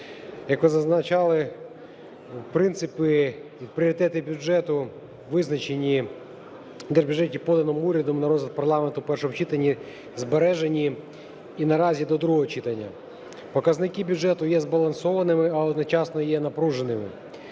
Як ви зазначали, принципи і пріоритети бюджету визначені в держбюджеті, поданому урядом на розгляд парламенту в першому читанні, збережені і наразі до другого читання. Показники бюджету є збалансованими, але одночасно є напруженими.